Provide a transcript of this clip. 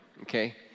Okay